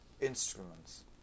instruments